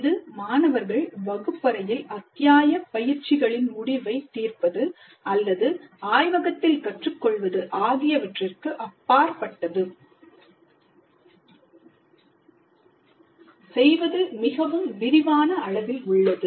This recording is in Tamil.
இது மாணவர்கள் வகுப்பறையில் அத்தியாய பயிற்சிகளின் முடிவை தீர்ப்பது அல்லது ஆய்வகத்தில் கற்றுக்கொள்வது ஆகியவற்றிற்கு அப்பாற்பட்டது செய்வது மிகவும் விரிவான அளவில் உள்ளது